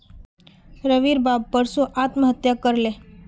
रविर बाप परसो आत्महत्या कर ले